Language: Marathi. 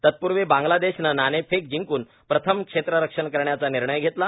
तत्पूर्वी बांग्लादेशनं नाणेफेक जिंक्न प्रथम क्षेत्र रक्षण करण्याचा निर्णय घेतला